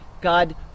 God